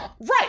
Right